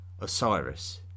Osiris